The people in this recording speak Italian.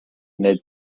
nel